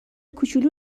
کوچولو